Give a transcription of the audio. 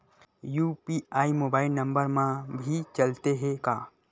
UPI mobile number मा भी चलते हे का?